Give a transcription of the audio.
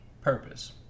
purpose